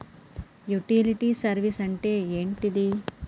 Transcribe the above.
Utility service అంటే ఏంటిది?